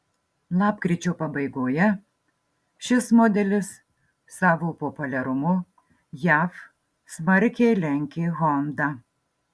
lapkričio pabaigoje šis modelis savo populiarumu jav smarkiai lenkė honda